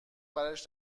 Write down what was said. براش